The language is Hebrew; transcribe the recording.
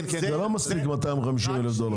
זה לא מספיק 250,000 דולר.